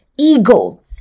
Ego